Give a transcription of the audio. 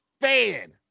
fan